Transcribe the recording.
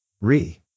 Re